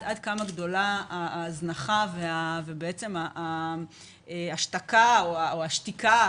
עד כמה גדולה ההזנחה וההשתקה או השתיקה,